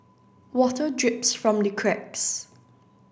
water drips from the cracks